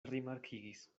rimarkigis